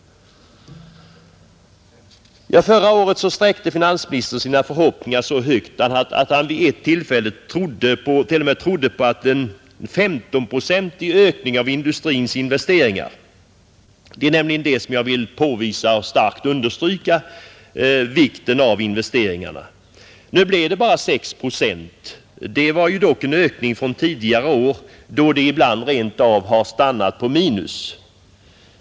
Förra året sträckte finansministern sina förhoppningar så högt att han vid ett tillfälle t.o.m. trodde på en 15-procentig ökning av industrins investeringar — det är vikten av investeringarna som jag här nu vill påvisa och starkt understryka. Nu blev det emellertid bara 6 procent, vilket dock innebar en ökning från tidigare år, då investeringarna ibland rent av har stannat på minus.